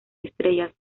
estrellas